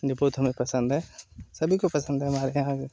जो बहुत हमें पसंद है सभी को पसंद है हमारे यहाँ